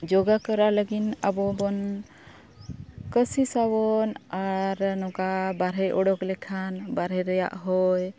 ᱡᱳᱜᱟ ᱠᱚᱨᱟᱣ ᱞᱟᱹᱜᱤᱫ ᱟᱵᱚ ᱵᱚᱱ ᱠᱳᱥᱤᱥᱟᱵᱚᱱ ᱟᱨ ᱱᱚᱝᱠᱟ ᱵᱟᱦᱨᱮ ᱩᱰᱩᱠ ᱞᱮᱠᱷᱟᱱ ᱵᱟᱦᱨᱮ ᱨᱮᱱᱟᱜ ᱦᱚᱭ